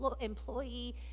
employee